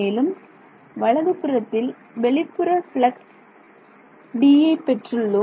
மேலும் வலது புறத்தில் வெளிப்புற பிளக்ஸ் Dஐ நாம் பெற்றுள்ளோம்